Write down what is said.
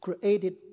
Created